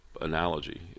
analogy